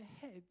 heads